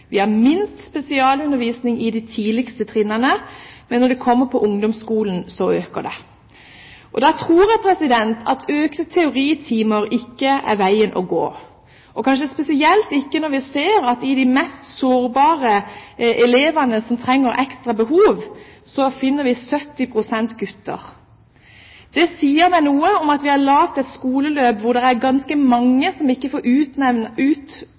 Da tror jeg ikke at økt antall teoritimer er veien å gå, kanskje spesielt ikke når vi ser at blant de mest sårbare elevene som har ekstra behov, finner vi 70 pst. gutter. Det sier meg noe om at vi har laget et skoleløp hvor det er ganske mange som ikke får